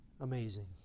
Amazing